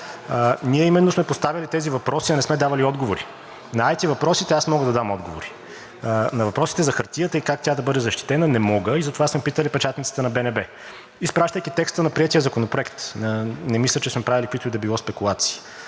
Ние именно сме поставяли тези въпроси, а не сме давали отговори. На IT-въпросите, аз мога да дам отговори. На въпросите за хартията и как тя да бъде защитена не мога и затова сме питали Печатницата на БНБ, изпращайки текста на приетия Законопроект. Не мисля, че сме правили каквито и да било спекулации.